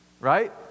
Right